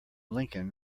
lincoln